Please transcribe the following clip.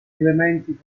elementi